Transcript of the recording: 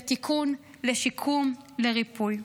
לתיקון, לשיקום, לריפוי.